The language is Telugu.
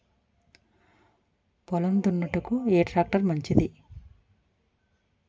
పొలం దున్నుటకు ఏ ట్రాక్టర్ మంచిది?